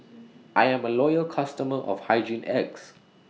I Am A Loyal customer of Hygin X